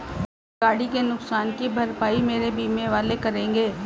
गाड़ी के नुकसान की भरपाई मेरे बीमा वाले करेंगे